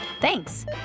Thanks